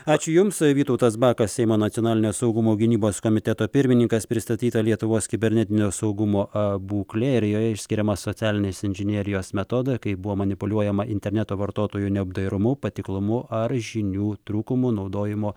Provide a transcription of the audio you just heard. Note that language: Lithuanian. ačiū jums vytautas bakas seimo nacionalinio saugumo gynybos komiteto pirmininkas pristatyta lietuvos kibernetinio saugumo būklė ir joje išskiriama socialinės inžinerijos metodą kaip buvo manipuliuojama interneto vartotojų neapdairumu patiklumu ar žinių trūkumu naudojimo